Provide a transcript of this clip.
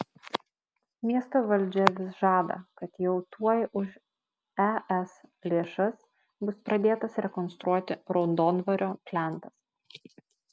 miesto valdžia vis žada kad jau tuoj už es lėšas bus pradėtas rekonstruoti raudondvario plentas